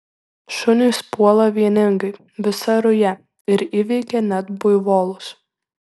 šunys puola vieningai visa ruja ir įveikia net buivolus